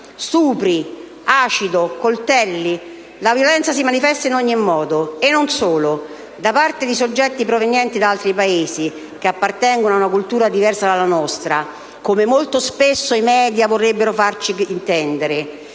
Stupri, acido, coltelli: la violenza si manifesta in ogni modo, e non solo da parte di soggetti provenienti da altri Paesi che appartengono ad una cultura diversa dalla nostra, come molto spesso i *media* vorrebbero farci intendere,